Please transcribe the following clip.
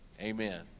amen